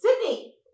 Sydney